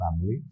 family